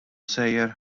sejjer